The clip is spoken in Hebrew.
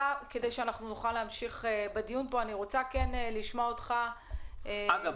שנוכל להמשיך בדיון אני רוצה לשמוע את מוסי --- אגב,